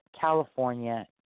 California